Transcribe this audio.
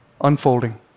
unfolding